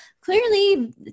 clearly